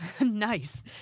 nice